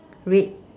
red